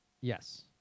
Yes